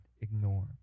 ignore